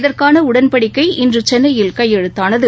இதற்கானஉடன்படிக்கை இன்றுசென்னையில் கையெழுத்தானது